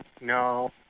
No